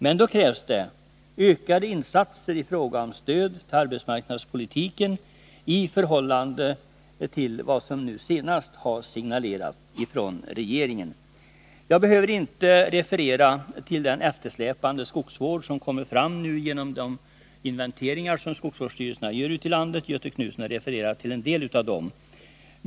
Men då krävs det ökade insatser i fråga om stöd till arbetsmarknadspolitiken, i förhållande till vad som nu senast har signalerats från regeringen. Jag behöver inte referera till den eftersläpande skogsvård som nu kommer fram vid de inventeringar som skogsvårdsstyrelserna gör ute i landet — Göthe Knutson har refererat till en del av dem.